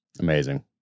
Amazing